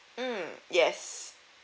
mm yes